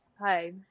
hi